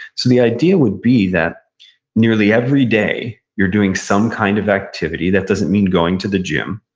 so the idea would be that nearly every day, you're doing some kind of activity. that doesn't mean going to the gym,